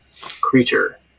creature